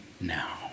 now